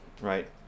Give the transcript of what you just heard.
right